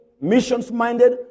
missions-minded